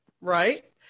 right